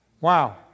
Wow